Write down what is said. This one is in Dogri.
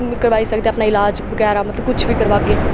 करवाई सकदा अपना ईलाज बगैरा मतलब कुछ बी करवागे